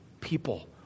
people